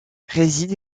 réside